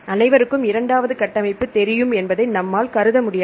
அனைவருக்கும் இரண்டாவது கட்டமைப்பு தெரியும் என்பதை நம்மால் கருதமுடியாது